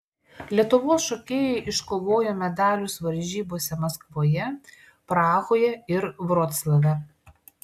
lietuvos šokėjai iškovojo medalius varžybose maskvoje prahoje ir vroclave